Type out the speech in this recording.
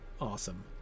awesome